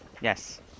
Yes